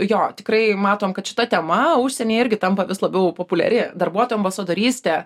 jo tikrai matom kad šita tema užsienyje irgi tampa vis labiau populiari darbuotojų ambasadorystė